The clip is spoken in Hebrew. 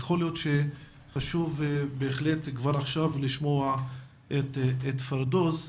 יכול להיות שחשוב בהחלט כבר עכשיו לשמוע את פירדאוס,